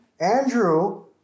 Andrew